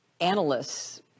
analysts